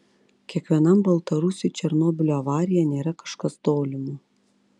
kiekvienam baltarusiui černobylio avarija nėra kažkas tolimo